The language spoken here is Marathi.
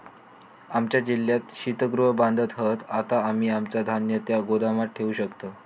आमच्या जिल्ह्यात शीतगृह बांधत हत, आता आम्ही आमचा धान्य त्या गोदामात ठेवू शकतव